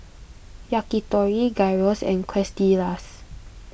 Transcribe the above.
Yakitori Gyros and Quesadillas